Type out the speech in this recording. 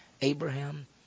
Abraham